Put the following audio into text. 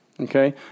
okay